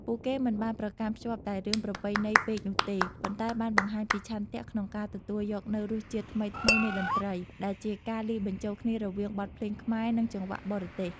ពួកគេមិនបានប្រកាន់ខ្ជាប់តែរឿងប្រពៃណីពេកនោះទេ ប៉ុន្តែបានបង្ហាញពីឆន្ទៈក្នុងការ ទទួលយកនូវរសជាតិថ្មីៗនៃតន្ត្រី ដែលជាការលាយបញ្ចូលគ្នារវាងបទភ្លេងខ្មែរ និងចង្វាក់បរទេស។